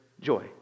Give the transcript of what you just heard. joy